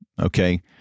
okay